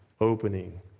opening